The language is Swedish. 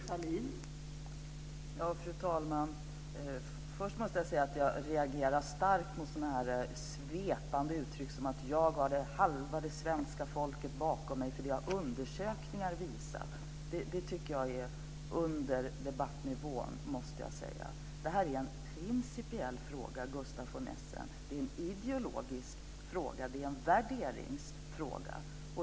Fru talman! Först måste jag säga att jag reagerar starkt mot sådana svepande uttryck som: Jag har halva det svenska folket bakom mig, för det har undersökningar visat. Det tycker jag är under debattnivån, måste jag säga. Det här är en principiell fråga, Gustaf von Essen, det är en ideologisk fråga och det är en värderingsfråga.